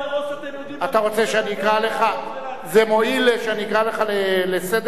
זה מועיל שאקרא אותך לסדר?